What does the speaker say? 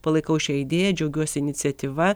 palaikau šią idėją džiaugiuosi iniciatyva